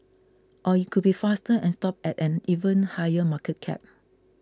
or it could be faster and stop at an even higher market cap